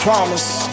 promise